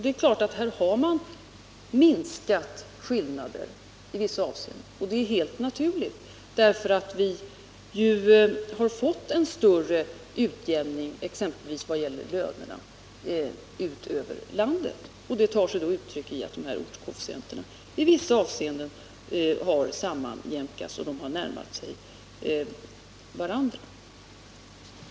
Det är klart att skillnaderna har minskat i vissa avseenden. Det är helt naturligt. Vi har ju fått en större utjämning, exempelvis när det gäller lönerna, ute i landet. Det tar sig uttryck i att ortskoefficienterna i vissa avseenden har sammanjämkats så att de närmat sig varandra.